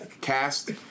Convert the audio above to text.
Cast